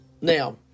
Now